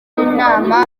inama